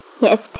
Yes